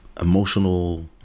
emotional